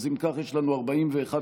אז אם כך, יש לנו 41 בעד,